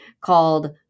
called